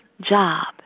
job